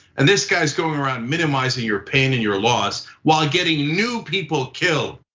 and this guy's going around minimizing your pain and your loss, while getting new people killed.